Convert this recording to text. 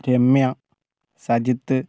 Ramya Sajith